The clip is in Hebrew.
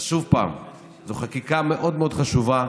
שוב, זו חקיקה מאוד מאוד חשובה.